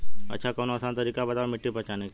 अच्छा कवनो आसान तरीका बतावा मिट्टी पहचाने की?